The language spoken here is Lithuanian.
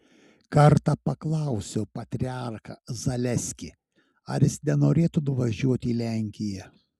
kartą paklausiau patriarchą zaleskį ar jis nenorėtų nuvažiuoti į lenkiją